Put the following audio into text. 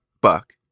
Buck